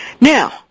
now